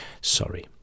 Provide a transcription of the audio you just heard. Sorry